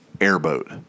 airboat